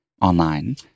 online